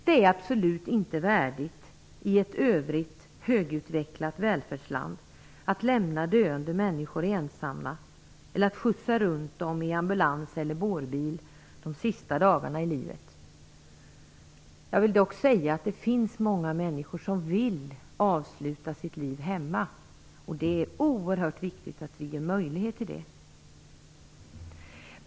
Det är absolut inte värdigt att i ett i övrigt högutvecklat välfärdsland lämna döende människor ensamma eller skjutsa runt dem i ambulans eller bårbil de sista dagarna i livet. Jag vill dock säga att det finns många människor som vill avsluta sitt liv hemma och det är oerhört viktigt att vi ger möjlighet till det.